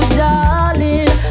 darling